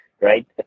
right